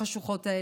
את החירות,